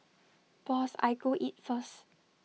boss I go eat first